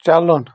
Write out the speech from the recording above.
چلُن